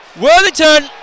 Worthington